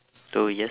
two years